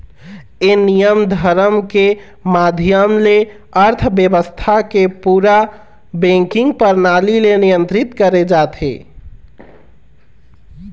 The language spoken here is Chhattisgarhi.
ये नियम धरम के माधियम ले अर्थबेवस्था के पूरा बेंकिग परनाली ले नियंत्रित करे जाथे